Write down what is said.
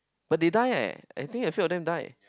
but they die eh I think a few of them died